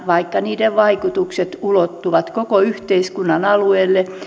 vaikka niiden vaikutukset ulottuvat koko yhteiskunnan alueelle